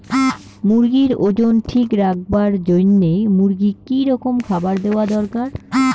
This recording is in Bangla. মুরগির ওজন ঠিক রাখবার জইন্যে মূর্গিক কি রকম খাবার দেওয়া দরকার?